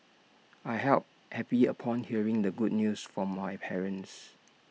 I help happy upon hearing the good news from my parents